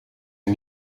een